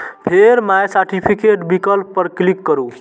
फेर my certificate विकल्प पर क्लिक करू